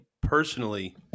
personally